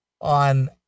on